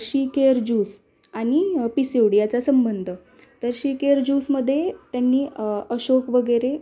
शि care juice आणि P C O डीयाचा संबंध तर शि केअर ज्यूसमध्ये त्यांनी अशोक वगैरे